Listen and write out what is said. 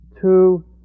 two